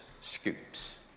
scoops